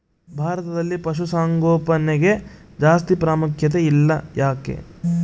ಭಾರತದಲ್ಲಿ ಪಶುಸಾಂಗೋಪನೆಗೆ ಜಾಸ್ತಿ ಪ್ರಾಮುಖ್ಯತೆ ಇಲ್ಲ ಯಾಕೆ?